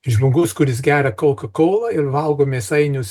žmogus kuris gerą koukakoulą ir valgo mėsainius